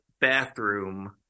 bathroom